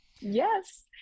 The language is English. Yes